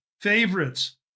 favorites